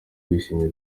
bishimye